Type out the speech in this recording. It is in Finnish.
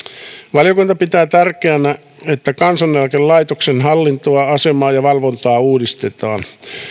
valiokunta pitää tärkeänä että kansaneläkelaitoksen hallintoa asemaa ja valvontaa uudistetaan